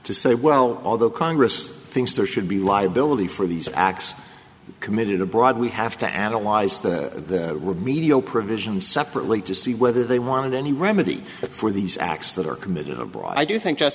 to say well although congress thinks there should be liability for these acts committed abroad we have to analyze the remedial provisions separately to see whether they wanted any remedy for these acts that were committed abroad i do think